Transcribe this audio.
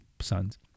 sons